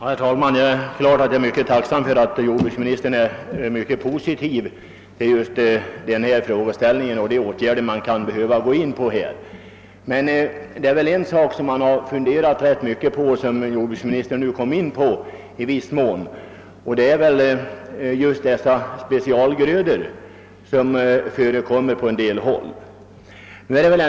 Herr talman! Jag är naturligtvis tacksam för att jordbruksministern har en så positiv inställning till denna fråga. Jordbruksministern berörde något de specialgrödor som finns på en del håll.